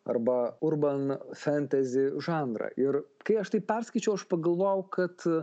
arba urban fentazi žanrą ir kai aš taip perskaičiau aš pagalvojau kad